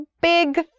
big